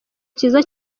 cyiza